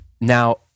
now